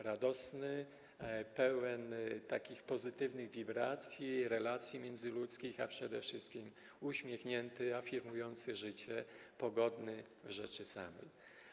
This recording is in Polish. Radosny, pełen pozytywnych wibracji i relacji międzyludzkich, a przede wszystkim uśmiechnięty, afirmujący życie, pogodny w rzeczy samej.